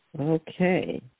Okay